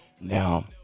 now